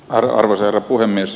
arvoisa herra puhemies